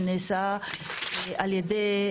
שנעשה על ידי,